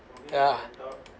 yeah